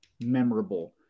memorable